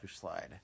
slide